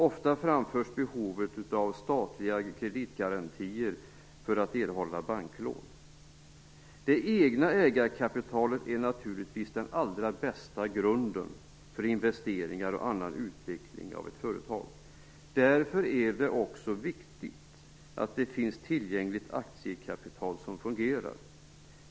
Ofta framförs behovet av statliga kreditgarantier för att erhålla banklån. Det egna ägarkapitalet är naturligtvis den allra bästa grunden för investeringar och annan utveckling av ett företag. Därför är det också viktigt att det finns tillgängligt aktiekapital som fungerar.